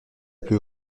plus